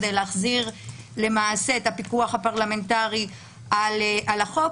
כי להחזיר את הפיקוח הפרלמנטרי על החוק.